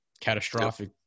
catastrophic